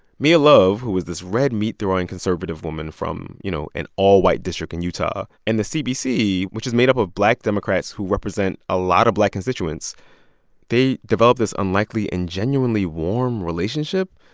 mia love, who was this red-meat-throwing, conservative woman from, you know, an all-white district in utah, and the cbc, which is made up of black democrats who represent a lot of black constituents they developed this unlikely and genuinely warm relationship.